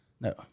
No